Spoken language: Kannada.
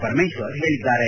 ಪರಮೇಶ್ವರ್ ಹೇಳಿದ್ದಾರೆ